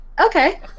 okay